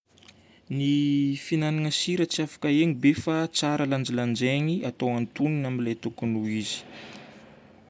Ny fihinagnana sira tsy afaka ahegna be fa tsara lanjalanjainy atao antonona amin'ilay tokony ho izy.